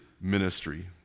ministry